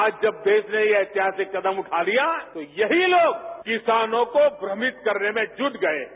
आज जब देश ने यह ऐतिहासिक कदम उठा लिया तो यही लोग किसानों को भ्रमित करने में जुट गये हैं